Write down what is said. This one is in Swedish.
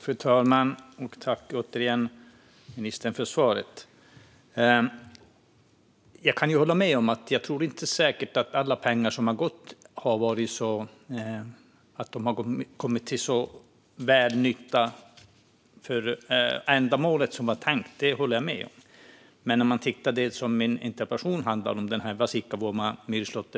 Fru talman! Tack återigen, ministern, för svaret! Jag tror säkert att alla pengar som har gått ut inte har kommit till så stor nytta för ändamålet som det var tänkt, det håller jag med om. Men om man tittar på det som min interpellation handlade om, myrslåttern Vasikkavuoma,